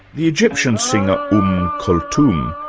the egyptian singer umm kulthum,